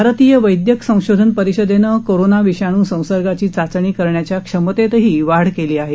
भारतीय वैद्यक संशोधन परिषदेनं कोरोना विषाणू संसर्गाची चाचणी करण्याच्या क्षमतेतही वाढ केली आहे